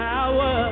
Power